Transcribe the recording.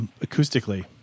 acoustically